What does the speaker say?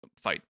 fight